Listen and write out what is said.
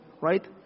Right